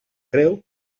creu